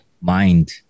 mind